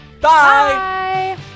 Bye